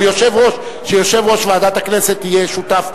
או שיושב-ראש ועדת הכנסת יהיה שותף,